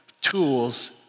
tools